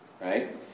Right